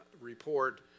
report